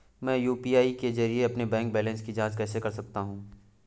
मैं यू.पी.आई के जरिए अपने बैंक बैलेंस की जाँच कैसे कर सकता हूँ?